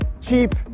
cheap